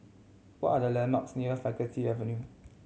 what are the landmarks near Faculty Avenue